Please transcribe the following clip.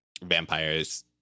vampires